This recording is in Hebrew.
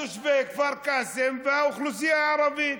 ותושבי כפר קאסם והאוכלוסייה הערבית.